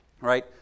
right